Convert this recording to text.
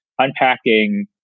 unpacking